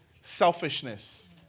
selfishness